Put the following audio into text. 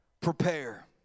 Prepare